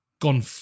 gone